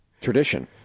tradition